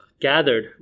gathered